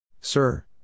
Sir